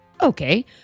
okay